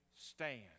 stand